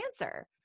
answer